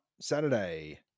Saturday